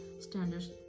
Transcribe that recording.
standards